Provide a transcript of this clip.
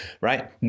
right